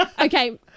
Okay